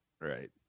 right